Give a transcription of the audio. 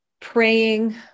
Praying